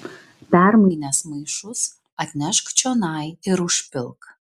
permainęs maišus atnešk čionai ir užpilk